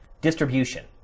distribution